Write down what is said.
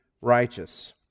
righteous